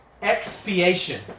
Expiation